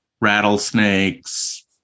Rattlesnakes